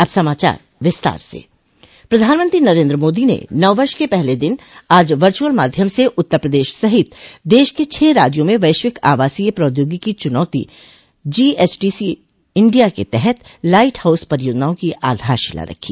अब समाचार विस्तार से प्रधानमंत्री नरेन्द्र मोदी ने नववर्ष के पहले दिन आज वर्चुअल माध्यम से उत्तर प्रदेश सहित देश के छह राज्यों में वैश्विक आवासीय प्रौद्योगिकी चुनौती जीएचटीसी इंडिया के तहत लाइट हाउस परियाजनाओं की आधारशिला रखी